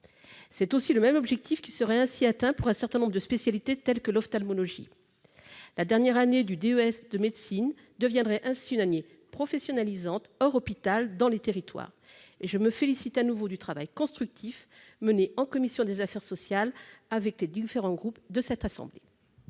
professionnel. Le même objectif serait atteint de la même façon pour un certain nombre de spécialités, telles que l'ophtalmologie. La dernière année du DES de médecine deviendrait ainsi une année professionnalisante hors hôpital, dans les territoires. Je me félicite de nouveau du travail constructif mené en commission des affaires sociales avec les différents groupes de cette assemblée.